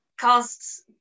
costs